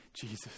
Jesus